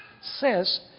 says